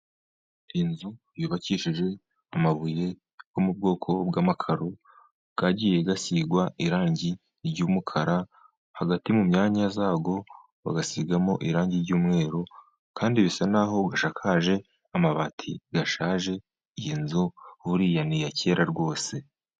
Inzu yubakishije amabuye yo mu bwoko bw'amakaro, yagiye asigwa irangi ry'umukara. Hagati mu myanya zayo bagasigamo irangi ry'umweru. Kandi bisa n'aho ishakaje amabati ashaje. Iyi nzu buriya ni iya kera rwose.